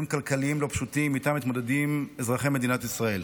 כלכליים לא פשוטים שאיתם מתמודדים אזרחי מדינת ישראל.